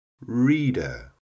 reader